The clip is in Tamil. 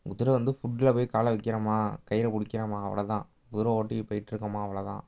குதிரை வந்து ஃபுட்டில் போய் காலை வைக்கிறமா கயிறை பிடிக்கிறோமா அவ்வளோ தான் குதிரை ஓட்டி போய்கிட்ருக்கோமா அவ்வளோ தான்